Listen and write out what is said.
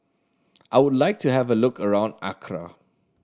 I would like to have a look around Accra